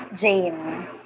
Jane